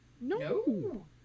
No